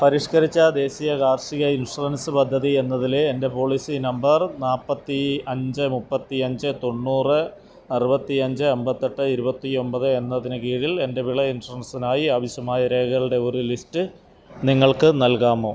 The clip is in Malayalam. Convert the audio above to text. പരിഷ്കരിച്ച ദേശീയ കാർഷിക ഇൻഷുറൻസ് പദ്ധതി എന്നതിലെ എൻ്റെ പോളിസി നമ്പർ നാൽപ്പത്തി അഞ്ച് മുപ്പത്തി അഞ്ച് തൊണ്ണൂറ് അറുപത്തി അഞ്ച് അമ്പത്തി എട്ട് ഇരുപത്തി ഒമ്പത് എന്നതിന് കീഴിൽ എൻ്റെ വിള ഇൻഷുറൻസിനായി ആവശ്യമായ രേഖകളുടെ ഒരു ലിസ്റ്റ് നിങ്ങൾക്ക് നൽകാമോ